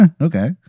okay